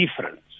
difference